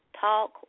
talk